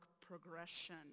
progression